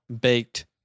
baked